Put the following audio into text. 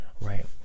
right